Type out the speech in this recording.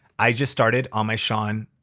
i just started on my sean